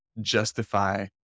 justify